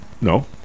No